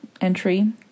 entry